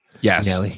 Yes